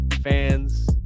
fans